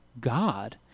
God